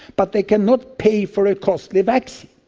but they cannot pay for a costly vaccine.